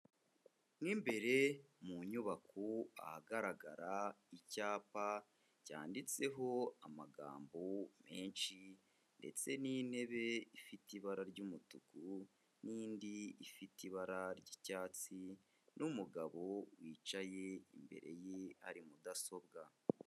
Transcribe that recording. Mo imbere mu nyubako ahagaragarara icyapa cyanditseho amagambo menshi ndetse n'intebe ifite ibara ry'umutuku n'indi ifite ibara ry'icyatsi n'umugabo wicaye imbere ye hari mudasobwa.